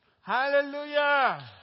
Hallelujah